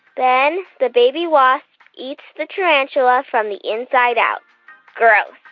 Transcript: then, the baby wasp eats the tarantula from the inside out gross.